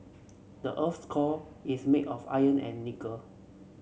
the earth's core is made of iron and nickel